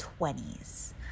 20s